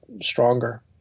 stronger